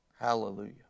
Hallelujah